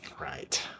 right